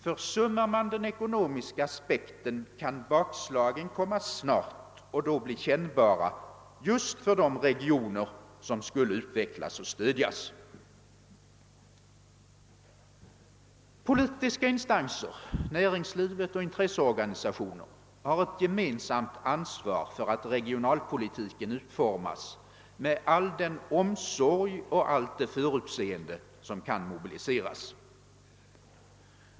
Försummar man den ekonomiska aspekten, kan bakslagen komma snart och då bli kännbara just för de regioner som skulle utvecklas och stödjas. Politiska instanser, näringslivet och intresseorganisationer har ett gemensamt ansvar för att regionalpolitiken utformas med all den omsorg och allt det förutseende som kan mobiliseras.